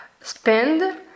spend